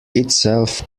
itself